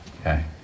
okay